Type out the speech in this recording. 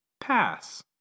Pass